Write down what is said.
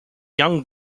young